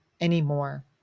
anymore